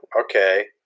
okay